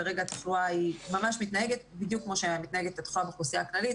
כרגע התחלואה שם מתנהגת בדיוק כמו שמתנהגת התחלואה באוכלוסייה הכללית.